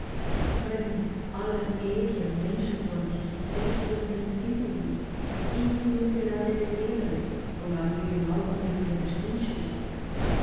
fremd allen edlen menschenfreundlichen selbstlosen empfindungen immer nur gerade begehrend wonach ihr im augenblicke der sinn steht